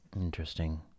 Interesting